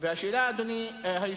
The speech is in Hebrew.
מהמדיניות של מרגרט